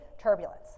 turbulence